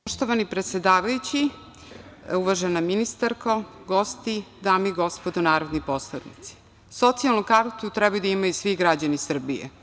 Poštovani predsedavajući, uvažena ministarko, gosti, dame i gospodo narodni poslanici, socijalnu kartu treba da imaju svi građani Srbije.